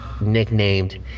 nicknamed